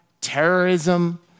terrorism